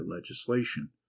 legislation